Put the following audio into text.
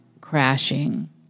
crashing